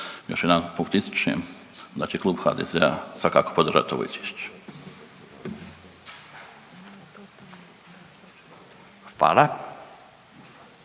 Hvala.